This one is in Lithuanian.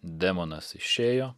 demonas išėjo